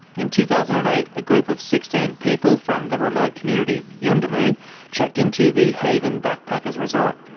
in two thousand and eight, a group of sixteen people from the remote community yuendumu checked into the haven backpacker's resort.